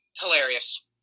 Hilarious